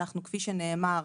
כפי שנאמר,